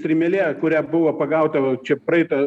strimėlė kurią buvo pagauta va čia praeitą